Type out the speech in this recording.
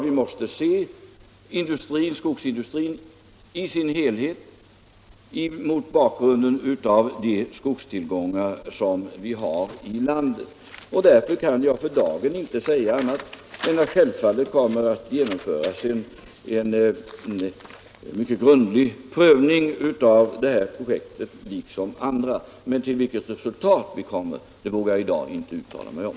Vi måste emellertid se skogsindustrin i dess helhet, alltså mot bakgrund av de skogstillgångar vi har här i landet, och därför kan jag för dagen bara säga att det kommer att göras en mycket grundlig prövning av detta liksom av andra projekt, men vilket resultat vi därvid kommer fram till vågar jag i dag inte uttala mig om.